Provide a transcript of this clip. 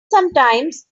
sometimes